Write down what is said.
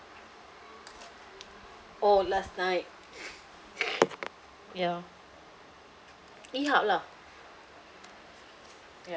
oh last night yah lah ya